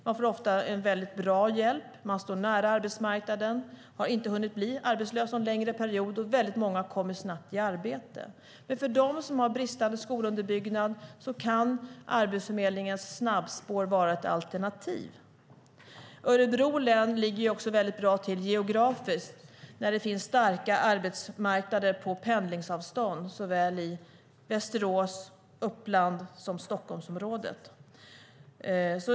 Man får ofta bra hjälp, man står nära arbetsmarknaden, man har inte hunnit vara arbetslös någon längre period och många kommer snabbt i arbete. Men för dem som har bristande skolunderbyggnad kan Arbetsförmedlingens snabbspår vara ett alternativ. Örebro län ligger också bra till geografiskt. Det finns starka arbetsmarknader på pendlingsavstånd i såväl Västerås och Uppland som Stockholmsområdet.